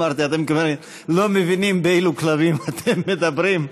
אמרתי: אתם כנראה לא מבינים באילו כלבים אתם מדברים.